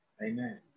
Amen